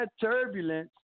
turbulence